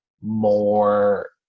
more